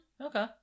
okay